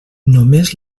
només